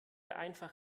einfach